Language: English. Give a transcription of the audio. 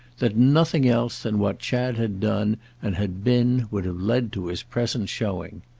that nothing else than what chad had done and had been would have led to his present showing.